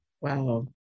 Wow